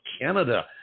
Canada